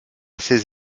ses